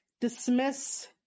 dismiss